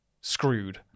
screwed